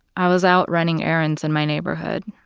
i was out running errands in my neighborhood.